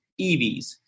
EVs